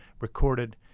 recorded